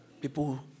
People